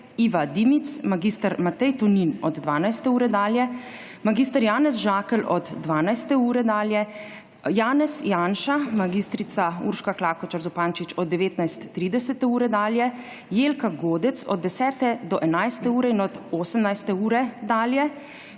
Iva Dimic, mag. Matej Tonin od 12. ure dalje, mag. Janez Žakelj od 12. ure dalje, Janez Janša, mag. Urška Klakočar Zupančič od 19.30 dalje, Jelka Godec od 10. do 11. ure in od 18. ure dalje,